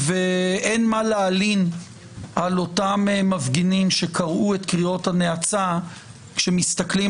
אין מה להלין על אותם מפגינים שקראו את קריאות הנאצה כשמסתכלים